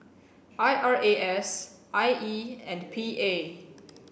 I R A S I E and P A